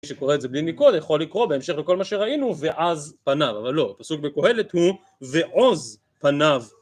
שקורא את זה בלי ניקוד יכול לקרוא בהמשך לכל מה שראינו "ועז פניו" אבל לא הפסוק בקהלת הוא: "ועוז פניו"